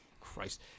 Christ